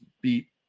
Beat